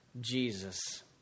Jesus